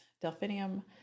delphinium